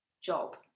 job